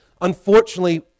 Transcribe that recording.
Unfortunately